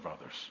others